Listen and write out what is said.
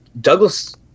Douglas